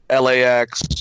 LAX